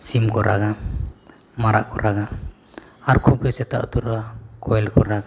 ᱥᱤᱢ ᱠᱚ ᱨᱟᱜᱟ ᱢᱟᱨᱟᱜ ᱠᱚ ᱨᱟᱜᱟ ᱟᱨ ᱠᱷᱩᱵᱽ ᱜᱮ ᱥᱮᱛᱟᱜ ᱛᱚᱨᱟ ᱠᱚᱭᱮᱞ ᱠᱚ ᱨᱟᱜᱟ